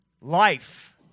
Life